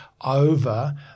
over